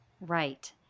Right